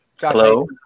Hello